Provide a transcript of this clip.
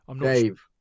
Dave